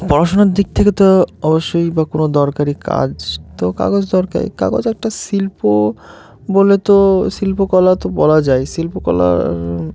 পড়াশুনার দিক থেকে তো অবশ্যই বা কোনো দরকারি কাজ তো কাগজ দরকার কাগজ একটা শিল্প বলে তো শিল্পকলা তো বলা যায় শিল্পকলার